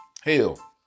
hell